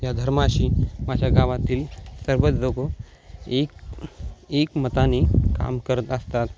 या धर्माशी माझ्या गावातील सर्वच लोक एक एकमताने काम करत असतात